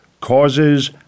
causes